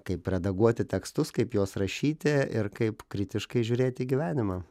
kaip redaguoti tekstus kaip juos rašyti ir kaip kritiškai žiūrėti į gyvenimą